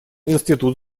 институт